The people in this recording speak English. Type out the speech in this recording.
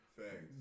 Thanks